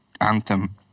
Anthem